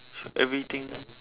everything